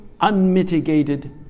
unmitigated